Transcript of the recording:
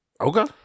Okay